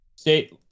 State